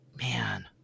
man